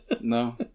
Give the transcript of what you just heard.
no